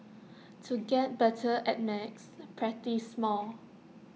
to get better at maths practise more